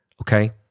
Okay